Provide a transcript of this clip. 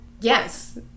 Yes